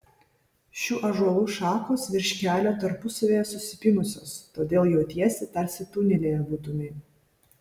šių ąžuolų šakos virš kelio tarpusavyje susipynusios todėl jautiesi tarsi tunelyje būtumei